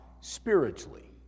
spiritually